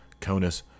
conus